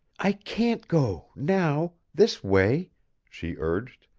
i can't go now this way she urged.